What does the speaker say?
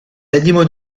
animaux